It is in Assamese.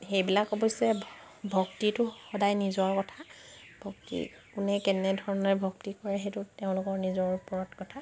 সেইবিলাক অৱশ্যে ভক্তিটো সদায় নিজৰ কথা ভক্তি কোনে কেনেধৰণে ভক্তি কৰে সেইটো তেওঁলোকৰ নিজৰ ওপৰত কথা